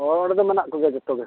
ᱦᱳᱭ ᱚᱸᱰᱮ ᱫᱚ ᱢᱮᱱᱟᱜ ᱠᱚᱜᱮᱭᱟ ᱡᱚᱛᱚ ᱜᱮ